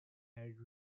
arid